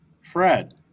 Fred